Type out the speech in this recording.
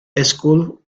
school